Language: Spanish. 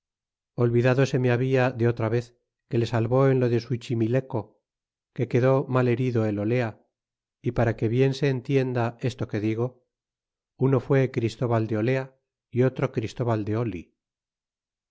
me habia de otra vez que le salvó en lo de suchimileco que quedó mal herido el olea y para que bien se entienda esto que digo uno fue christóbal de olea y otro christóbal de oh